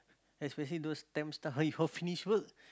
especially those temp staff you all finish work